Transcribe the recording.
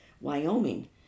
Wyoming